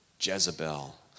Jezebel